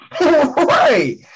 Right